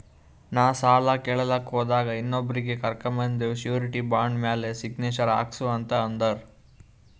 ನಾ ಸಾಲ ಕೇಳಲಾಕ್ ಹೋದಾಗ ಇನ್ನೊಬ್ರಿಗಿ ಕರ್ಕೊಂಡ್ ಬಂದು ಶೂರಿಟಿ ಬಾಂಡ್ ಮ್ಯಾಲ್ ಸಿಗ್ನೇಚರ್ ಹಾಕ್ಸೂ ಅಂತ್ ಅಂದುರ್